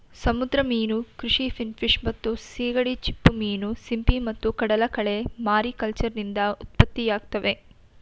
ಸಮುದ್ರ ಮೀನು ಕೃಷಿ ಫಿನ್ಫಿಶ್ ಮತ್ತು ಸೀಗಡಿ ಚಿಪ್ಪುಮೀನು ಸಿಂಪಿ ಮತ್ತು ಕಡಲಕಳೆ ಮಾರಿಕಲ್ಚರ್ನಿಂದ ಉತ್ಪತ್ತಿಯಾಗ್ತವೆ